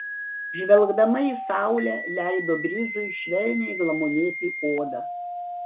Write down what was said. žvelgdama į saulę leido brizui švelniai glamonėti odą